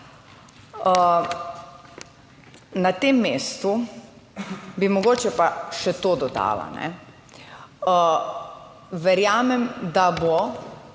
Na tem mestu bi mogoče pa še to dodala. Verjamem, da bo